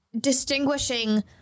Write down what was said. distinguishing